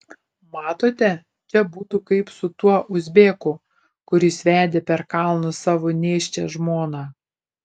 matote čia būtų kaip su tuo uzbeku kuris vedė per kalnus savo nėščią žmoną